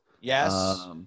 Yes